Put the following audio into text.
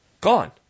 gone